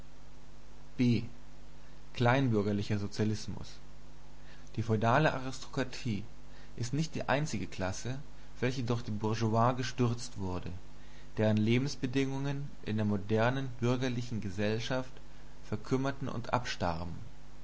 einsegnet die feudale aristokratie ist nicht die einzige klasse welche durch die bourgeoisie gestürzt wurde deren lebensbedingungen in der modernen bürgerlichen gesellschaft verkümmerten und abstarben